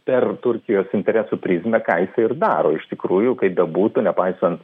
per turkijos interesų prizmę ką jisai ir daro iš tikrųjų kaip bebūtų nepaisant